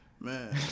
Man